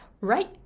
right